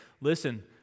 listen